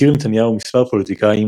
הכיר נתניהו מספר פוליטיקאים,